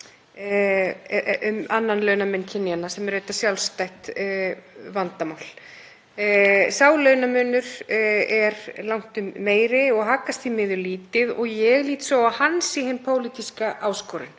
um annan launamun kynjanna, sem er reyndar sjálfstætt vandamál. Sá launamunur er langtum meiri og haggast því miður lítið og ég lít svo á að hann sé hin pólitíska áskorun.